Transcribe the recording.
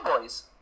boys